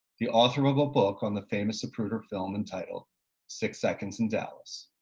the author of a book on the famous zapruder film entitled six seconds in dallas.